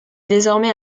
désormais